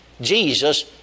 Jesus